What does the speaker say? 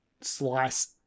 slice